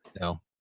No